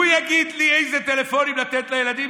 הוא יגיד לי איזה טלפונים לתת לילדים